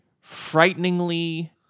frighteningly